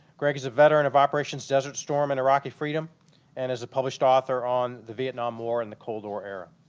greg is a veteran of operations desert storm and iraqi freedom and as a published author on the vietnam war and the cold war era.